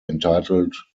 entitled